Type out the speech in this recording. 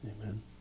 Amen